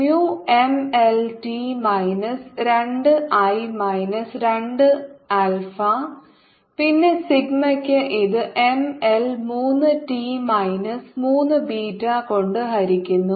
Mu M L T minus രണ്ട് I minus രണ്ട് alpha പിന്നെ സിഗ്മയ്ക്ക് ഇത് M L മൂന്ന് ടി മൈനസ് മൂന്ന് ബീറ്റ കൊണ്ട് ഹരിക്കുന്നു